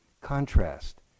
contrast